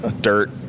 dirt